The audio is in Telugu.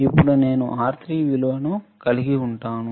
ఇప్పుడు నేను R3 విలువను కలిగి ఉంటాను